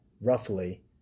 roughly